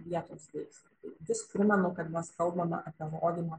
vietos deiksė vis primenu kad mes kalbame apie loginę